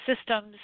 systems